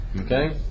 Okay